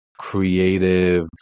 creative